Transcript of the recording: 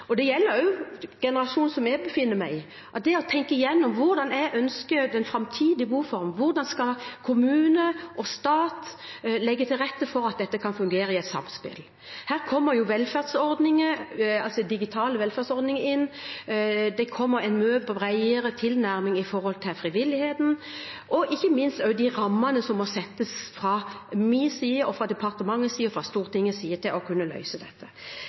Det gjelder også generasjonen som jeg tilhører – å tenke igjennom hvordan en ønsker at den framtidige boformen skal være. Hvordan skal kommune og stat legge til rette for at dette kan fungere i et samspill? Her kommer digitale velferdsordninger inn. Det kommer en mye bredere tilnærming knyttet til frivilligheten og ikke minst også de rammene som må settes fra min side – fra departementets side – og fra Stortingets side, for å kunne løse dette.